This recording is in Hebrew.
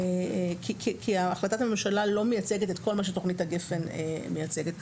כי החלטת הממשלה לא מייצגת את כל מה שתוכנית גפ"ן מייצגת.